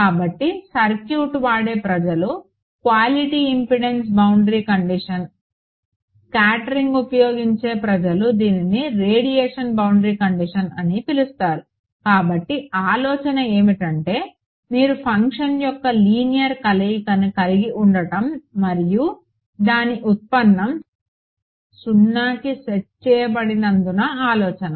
కాబట్టి సర్క్యూట్వాడే ప్రజలు quality impedance boundary condition scattering ఉపయోగించే ప్రజలు దీనిని రేడియేషన్ బౌండరీ కండిషన్ అని పిలుస్తారు కాబట్టి ఆలోచన ఏమిటంటే మీరు ఫంక్షన్ యొక్క లీనియర్ కలయికను కలిగి ఉండటం మరియు దాని ఉత్పన్నం 0కి సెట్ చేయబడినందున ఆలోచన